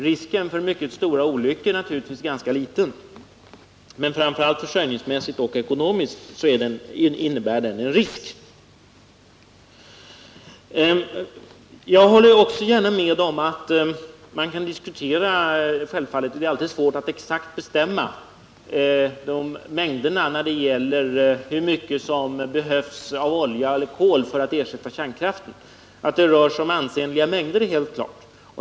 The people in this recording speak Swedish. Den är heller inte helt riskfri försörjningsmässigt och ekonomiskt, även om riskerna för mycket stora olyckor naturligtvis är ganska små. Det är alltid svårt att exakt bestämma de mängder olja och kol som behövs för att ersätta kärnkraften. Att det rör sig om ansenliga mängder är dock helt klart.